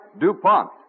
DuPont